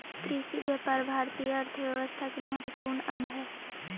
कृषिव्यापार भारतीय अर्थव्यवस्था के महत्त्वपूर्ण अंग हइ